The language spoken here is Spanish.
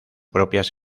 propias